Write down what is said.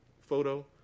photo